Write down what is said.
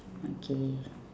okay